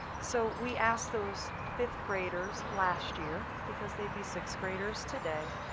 so we asked those fifth graders last year, because they'd be sixth graders today,